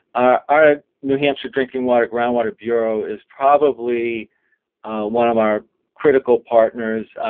our new hampshire drinking water groundwater bureau is probably one of our critical partners.